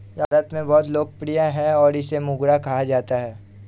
यह भारत में बहुत लोकप्रिय है और इसे मोगरा कहा जाता है